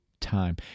time